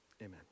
amen